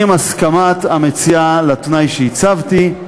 עם הסכמת המציעה לתנאי שהצבתי,